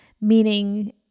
meaning